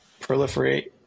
proliferate